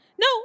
No